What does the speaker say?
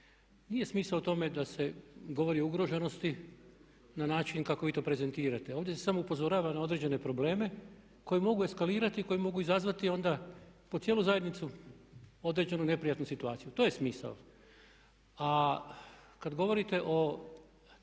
Nije smisao u tome da se govori o ugroženosti na način kako vi to prezentirate. Ovdje se samo upozorava na određene probleme koji mogu eskalirati, koji mogu izazvati onda po cijelu zajednicu određenu neprijatnu situaciju. To je smisao. A kad govorite o